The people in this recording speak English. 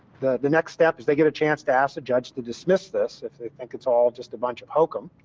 the the next step they get a chance to ask the judge to dismiss this, if they think it's all just a bunch of hokum,